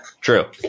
True